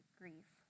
grief